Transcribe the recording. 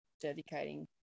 dedicating